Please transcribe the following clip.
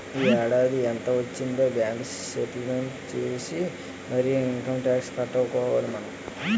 ఈ ఏడాది ఎంత వొచ్చిందే బాంకు సేట్మెంట్ సూసి మరీ ఇంకమ్ టాక్సు కట్టుకోవాలి మనం